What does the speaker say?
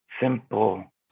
simple